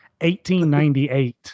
1898